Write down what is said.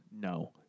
No